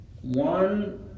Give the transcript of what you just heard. One